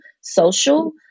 social